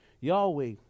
Yahweh